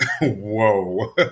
whoa